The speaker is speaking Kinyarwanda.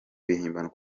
ibihimbano